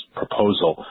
proposal